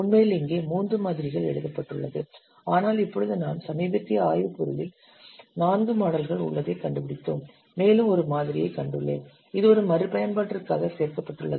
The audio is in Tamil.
உண்மையில் இங்கே மூன்று மாதிரிகள் எழுதப்பட்டுள்ளது ஆனால் இப்பொழுது நாம் சமீபத்திய ஆய்வு பொருளில் நான்கு மாடல்கள் உள்ளதை கண்டுபிடித்தோம் மேலும் ஒரு மாதிரியைக் கண்டுள்ளேன் இது ஒரு மறுபயன்பாட்டிற்காக சேர்க்கப்பட்டுள்ளது